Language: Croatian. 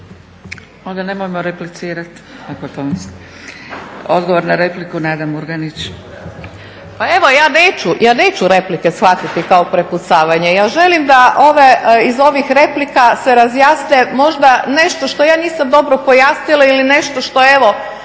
Onda nemojmo replicirati. Odgovor na repliku, Nada Murganić. **Murganić, Nada (HDZ)** Pa evo ja neću replike shvatiti kao prepucavanje. Ja želim da iz ovih replika se razjasne možda nešto što ja nisam dobro pojasnila ili nešto što evo